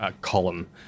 column